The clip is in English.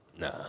Nah